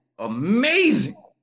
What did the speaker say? Amazing